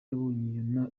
yabonye